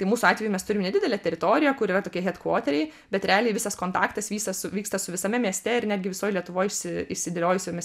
tai mūsų atveju mes turim nedidelę teritoriją kur yra tokie headkvoteriai bet realiai visas kontaktas vysta vyksta su visame mieste ir netgi visoj lietuvoj išsi išsidėliojusiomis